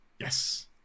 yes